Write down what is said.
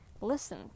listen